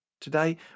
Today